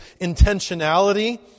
intentionality